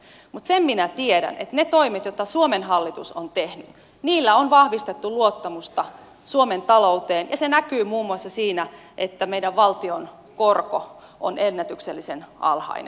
mutta sen minä tiedän että niillä toimilla joita suomen hallitus on tehnyt on vahvistettu luottamusta suomen talouteen ja se näkyy muun muassa siinä että valtion korko on meillä ennätyksellisen alhainen